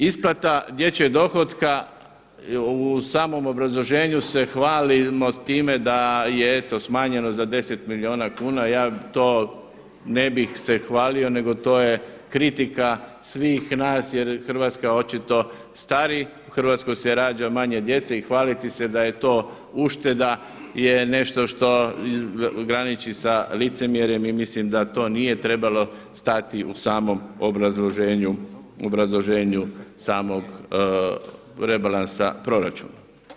Isplata dječjeg dohotka u samom obrazloženju se hvalimo s time da je eto smanjeno za 10 milijuna kuna, ja to ne bih se hvalio nego to je kritika svih nas jer Hrvatska očito stari, u Hrvatskoj se rađa manje djece i hvaliti se da je to ušteda je nešto što graniči sa licemjerjem i mislim da to nije trebalo stajati u obrazloženju samog rebalansa proračuna.